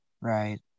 right